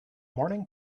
morning